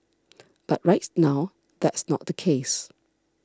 but right now that's not the case